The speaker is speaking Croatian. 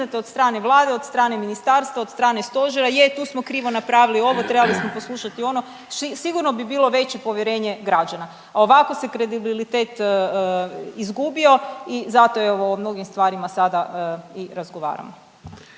od strane Vlade, od strane ministarstva, od strane Stožera. Je tu smo krivo napravili ovo, trebali smo poslušati ono. Sigurno bi bilo veće povjerenje građana. A ovako se kredibilitet izgubio i zato je evo o mnogim stvarima sada i razgovaramo.